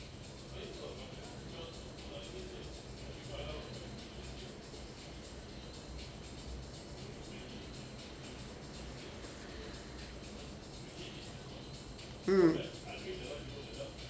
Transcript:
mm